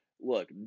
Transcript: Look